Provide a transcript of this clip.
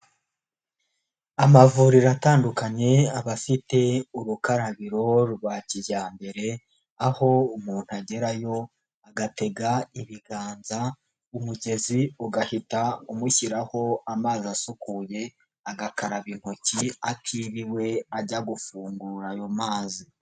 Amavuriro atandukanye aba afite urukarabiro rwa kijyambere, aho umuntu agerayo agatega ibiganza umugezi ugahita umushyiraho amazi asukuye agakaraba intoki atiriwe ajya gufungura ayo mazi.